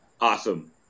Awesome